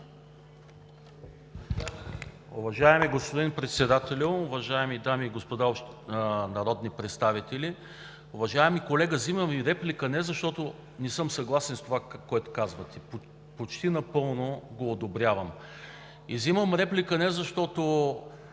Взимам реплика не защото